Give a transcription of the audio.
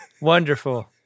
Wonderful